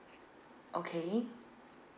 okay